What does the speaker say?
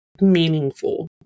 meaningful